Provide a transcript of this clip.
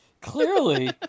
clearly